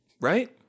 Right